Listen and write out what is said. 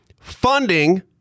funding